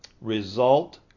result